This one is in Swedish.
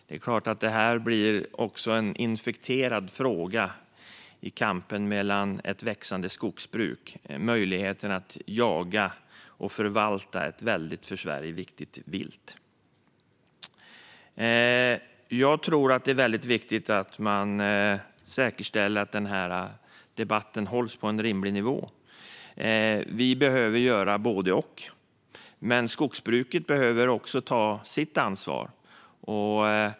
Detta blir en infekterad fråga i kampen mellan ett växande skogsbruk, intresset av jaktmöjligheter och förvaltningen av ett för Sverige väldigt viktigt vilt. Jag tror att det är viktigt att man säkerställer att debatten hålls på en rimlig nivå. Vi behöver göra både och, men skogsbruket behöver också ta sitt ansvar.